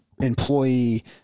employee